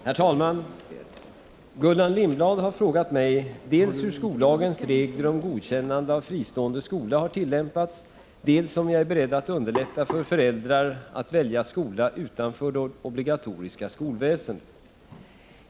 Herr talman! Gullan Lindblad har frågat mig dels hur skollagens regler om 63 godkännande av fristående skola har tillämpats, dels om jag är beredd att underlätta för föräldrar att välja skola utanför det obligatoriska skolväsendet.